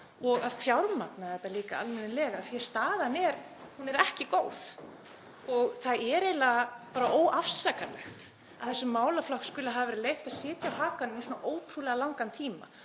og að fjármagna það líka almennilega. Staðan er ekki góð og það er eiginlega bara óafsakanlegt að þessum málaflokki skuli hafa verið leyft að sitja á hakanum í svona ótrúlega langan tíma.